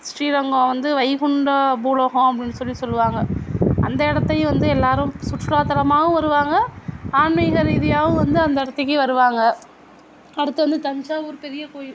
ஸ்ரீரங்கம் வந்து வைகுண்ட பூலோகம் அப்படின்னு சொல்லி சொல்லுவாங்க அந்த இடத்தையும் வந்து எல்லாரும் சுற்றுலாத்தலமாகவும் வருவாங்க ஆன்மீக ரீதியாகவும் வந்து அந்த இடத்துக்கே வருவாங்க அடுத்து வந்து தஞ்சாவூர் பெரிய கோயில்